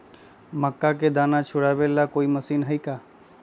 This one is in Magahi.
मक्का के दाना छुराबे ला कोई मशीन हई का?